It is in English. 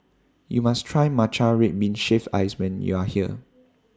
YOU must Try Matcha Red Bean Shaved Ice YOU Are here